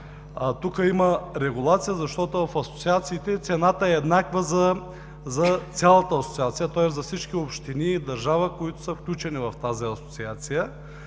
Тук има регулация, защото в асоциациите цената е еднаква за цялата асоциация, тоест за всички общини в държавата, които са включени в тази асоциация.